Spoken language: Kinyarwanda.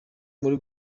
muri